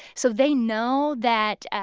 so they know that,